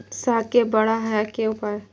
साग के बड़ा है के उपाय?